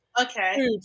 okay